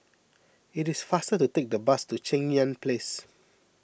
it is faster to take the bus to Cheng Yan Place